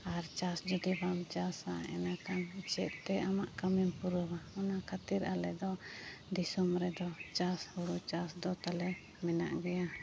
ᱟᱨ ᱪᱟᱥ ᱡᱩᱫᱤ ᱵᱟᱢ ᱪᱟᱥᱟ ᱮᱱᱟᱹᱠᱷᱟᱱ ᱪᱮᱫ ᱛᱮ ᱟᱢᱟᱜ ᱠᱟᱹᱢᱤᱢ ᱯᱩᱨᱟᱹᱣᱟ ᱚᱱᱟ ᱠᱷᱟᱛᱤᱨ ᱟᱞᱮ ᱫᱚ ᱫᱤᱥᱚᱢ ᱨᱮᱫᱚ ᱪᱟᱥ ᱦᱩᱲᱩ ᱪᱟᱥ ᱫᱚ ᱛᱟᱞᱮ ᱢᱮᱱᱟᱜ ᱜᱮᱭᱟ